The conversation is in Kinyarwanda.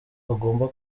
agomba